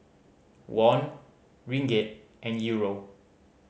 Won Ringgit and Euro